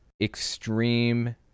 extreme